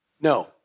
No